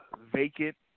vacant